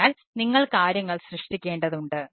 അതിനാൽ നിങ്ങൾ കാര്യങ്ങൾ സൃഷ്ടിക്കേണ്ടതുണ്ട്